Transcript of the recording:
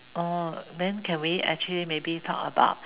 orh then can we actually maybe talk about